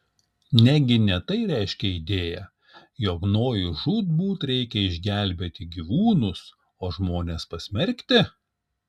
negi ne tai reiškia idėja jog nojui žūtbūt reikia išgelbėti gyvūnus o žmones pasmerkti